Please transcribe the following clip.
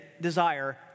desire